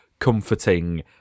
comforting